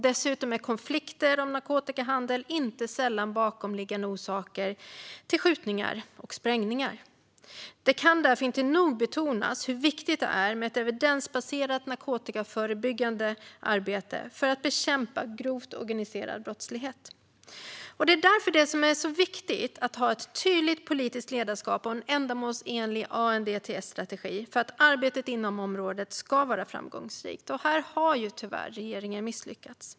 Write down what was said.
Dessutom är konflikter om narkotikahandel inte sällan en bakomliggande orsak till skjutningar och sprängningar. Det kan därför inte nog betonas hur viktigt det är med ett evidensbaserat narkotikaförebyggande arbete för att bekämpa grov organiserad brottslighet. Det är därför det är så viktigt att vi har ett tydligt politiskt ledarskap och en ändamålsenlig ANDTS-strategi för att arbetet inom området ska vara framgångsrikt. Här har tyvärr regeringen misslyckats.